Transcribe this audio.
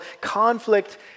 conflict